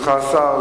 ברשותך השר,